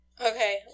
Okay